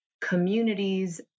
communities